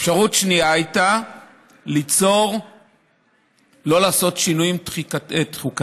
אפשרות שנייה הייתה לא לעשות שינוי תחיקתי,